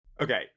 Okay